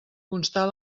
constar